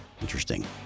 Interesting